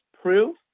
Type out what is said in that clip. proof